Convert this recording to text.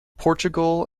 portugal